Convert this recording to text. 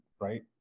Right